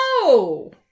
No